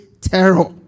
terror